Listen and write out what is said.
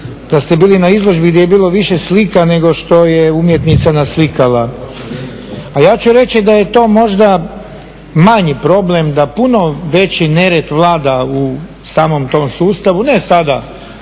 da ste bili na izložbi gdje je bilo više slika nego što je umjetnica naslika, a ja ću reći da je to možda manji problem, da puno veći nered vlada u samom tom sustavu, ne sada